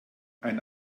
ein